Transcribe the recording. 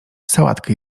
sałatkę